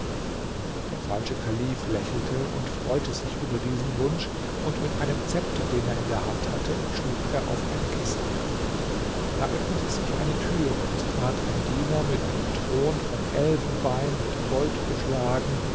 der falsche kalif lächelte und freute sich über diesen wunsch und mit einem zepter den er in der hand hatte schlug er auf ein kissen da öffnete sich eine türe es trat ein diener mit einem thron von elfenbein mit gold beschlagen